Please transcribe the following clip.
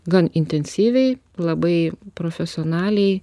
gan intensyviai labai profesionaliai